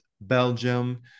belgium